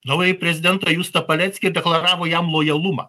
naująjį prezidentą justą paleckį ir deklaravo jam lojalumą